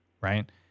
right